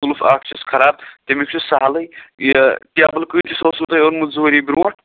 قُلُف اکھ چھُس خراب تمیُک چھُ سَہلٕے یہِ ٹیبُل کۭتِس اوسوٕ تۄہہِ اوٚنمُت زٕ ؤری برٛونٛٹھ